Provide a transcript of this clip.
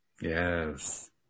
Yes